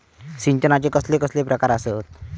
सिंचनाचे कसले कसले प्रकार आसत?